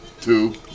two